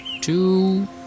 two